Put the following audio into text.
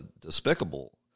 despicable